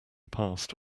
past